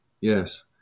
Yes